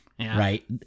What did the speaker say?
Right